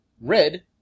Red